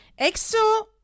EXO